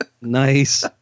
nice